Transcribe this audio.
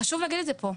חשוב להגיד את זה פה.